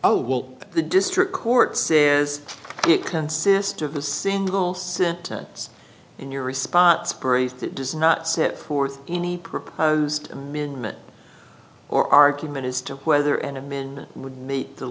oh well the district court says it consist of a single sentence in your response praised it does not set forth any proposed amendment or argument as to whether an amendment would meet the